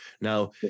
Now